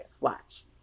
Watch